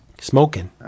Smoking